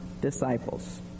disciples